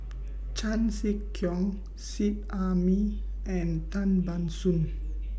Chan Sek Keong Seet Ai Mee and Tan Ban Soon